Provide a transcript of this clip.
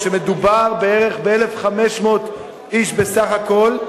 מדובר בערך ב-1,500 איש בסך הכול,